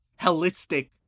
holistic